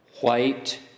white